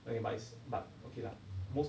那个 buys but okay lah most